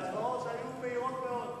וההצבעות היו מהירות מאוד.